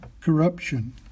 corruption